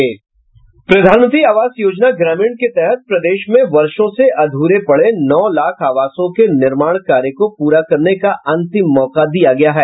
प्रधानमंत्री आवास योजना ग्रामीण के तहत प्रदेश में वर्षो से अध्रे पड़े नौ लाख आवासों के निर्माण कार्य को पूरा करने का अंतिम मौका दिया गया है